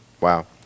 wow